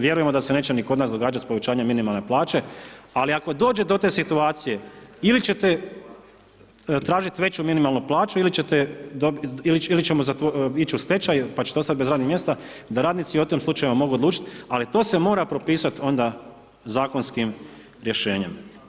Vjerujemo da se neće ni kod nas događati s povećanjem minimalne plaće, ako dođe do te situacije, ili ćete tražiti veću minimalnu plaću ili ćemo ići u stečaj pa ćete ostati bez radnih mjesta, da radnici o tim slučajevima mogu odlučiti, ali to se mora propisati onda zakonskim rješenjem.